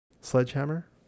sledgehammer